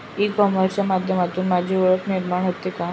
E कॉमर्सच्या माध्यमातून माझी ओळख निर्माण होते का?